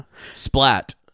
splat